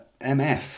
MF